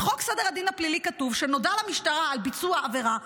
בחוק סדר הדין הפלילי כתוב שנודע למשטרה על ביצוע עבירה,